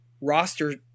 roster